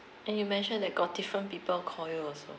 and you mentioned that got different people call you also